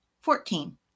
Fourteen